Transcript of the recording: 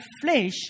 flesh